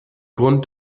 grund